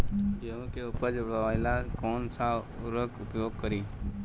गेहूँ के उपज बढ़ावेला कौन सा उर्वरक उपयोग करीं?